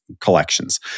collections